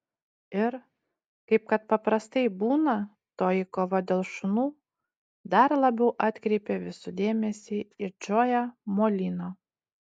ir kaip kad paprastai būna toji kova dėl šunų dar labiau atkreipė visų dėmesį į džoją molino